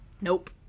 nope